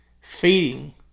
feeding